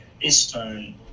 Eastern